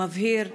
מבהיר ס',